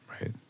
Right